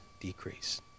decrease